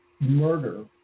murder